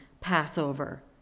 Passover